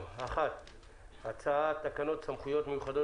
בנושא הצעת תקנות סמכויות מיוחדות